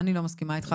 אני לא מסכימה איתך.